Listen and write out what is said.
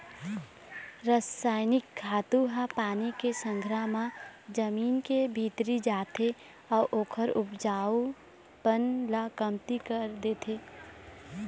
रसइनिक खातू ह पानी के संघरा म जमीन के भीतरी जाथे अउ ओखर उपजऊपन ल कमती कर देथे